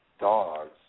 dogs